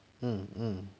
um um